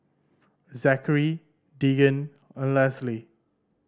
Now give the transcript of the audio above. Zachary Deegan and Lesly